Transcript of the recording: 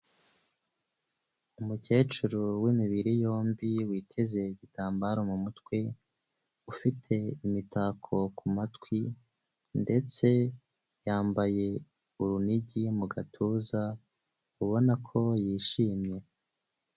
Umukecuru w'imibiri yombi witeze igitambaro mu mutwe ufite imitako ku matwi ndetse yambaye urunigi mu gatuza, ubona ko yishimye.